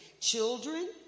Children